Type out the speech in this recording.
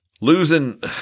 losing